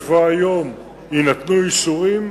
אם בבוא היום יינתנו אישורים,